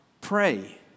pray